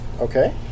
Okay